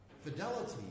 fidelity